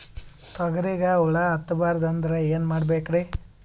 ತೊಗರಿಗ ಹುಳ ಹತ್ತಬಾರದು ಅಂದ್ರ ಏನ್ ಮಾಡಬೇಕ್ರಿ?